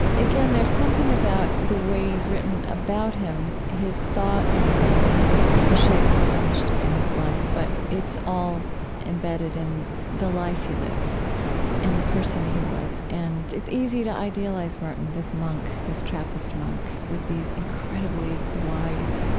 again, there's something about the way you've written about him. his thought is in there, the shape pilgrimage took in his life. but it's all embedded in the life he lived and the person he was. and it's easy to idealize merton, this monk, this trappist monk, with these incredibly wise,